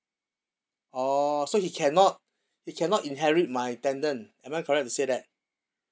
orh so he cannot he cannot inherit my tenant am I correct to say that